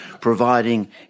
providing